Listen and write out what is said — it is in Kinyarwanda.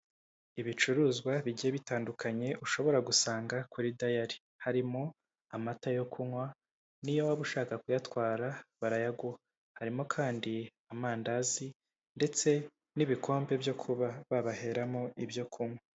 Ibicuruzwa bigiye bitandukanye ushobora gusanga dayari. Harimo amata yo kunywa, n'iyo waba ushaka kuyatwara barayaguha. Harimo kandi amandazi ndetse n'ibikombe byo kuba babaheramo ibyo kunywa.